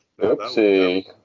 Oopsie